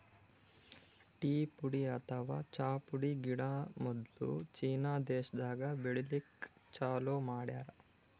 tea ಪುಡಿ ಅಥವಾ ಚಾ ಪುಡಿ ಗಿಡ ಮೊದ್ಲ ಚೀನಾ ದೇಶಾದಾಗ್ ಬೆಳಿಲಿಕ್ಕ್ ಚಾಲೂ ಮಾಡ್ಯಾರ್